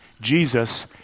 Jesus